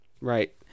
Right